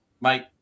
mate